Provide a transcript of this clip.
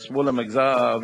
במדעים ובמתמטיקה.